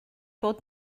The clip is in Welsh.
bod